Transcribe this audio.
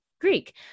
greek